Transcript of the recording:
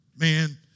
man